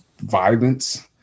violence